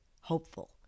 hopeful